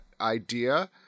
idea